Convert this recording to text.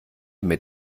mit